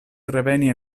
reveni